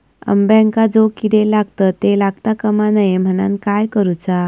अंब्यांका जो किडे लागतत ते लागता कमा नये म्हनाण काय करूचा?